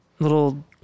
little